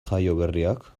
jaioberriak